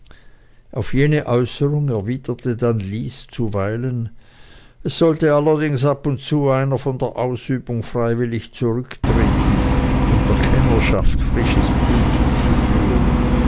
auf jene äußerung erwiderte dann lys zuweilen es sollte allerdings ab und zu einer von der ausübung freiwillig zurücktreten um der kennerschaft frisches blut zuzuführen